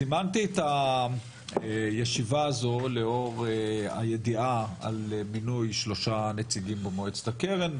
זימנתי את הישיבה הזו לאור הידיעה על מינוי שלושה נציגים במועצת הקרן,